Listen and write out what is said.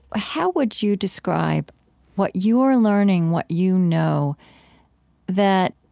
how would you describe what you're learning what you know that,